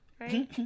right